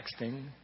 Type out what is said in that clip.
texting